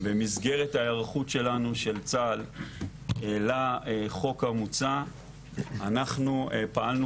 במסגרת להיערכות שלנו בצה"ל לחוק המוצע אנחנו פעלנו